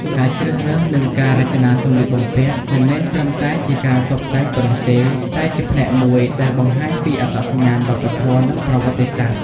ការជ្រើសរើស និងការរចនាសម្លៀកបំពាក់ មិនមែនត្រឹមតែជាការតុបតែងប៉ុណ្ណោះទេ តែជាផ្នែកមួយដែលបង្ហាញពីអត្តសញ្ញាណវប្បធម៌ និងប្រវត្តិសាស្ត្រ។